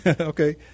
okay